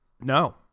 No